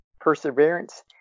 perseverance